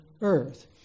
earth